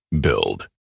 Build